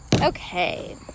Okay